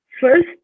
First